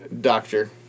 doctor